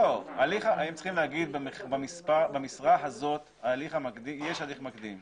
לא, הם צריכים להגיד במשרה הזו יש הליך מוקדם.